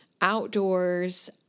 outdoors